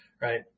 right